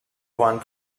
one